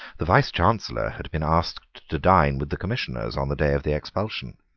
the vicechancellor had been asked to dine with the commissioners on the day of the expulsion.